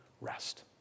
rest